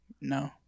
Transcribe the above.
No